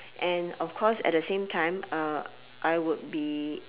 and of course at the same time uh I would be